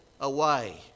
away